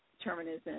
determinism